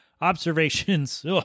observations